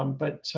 um but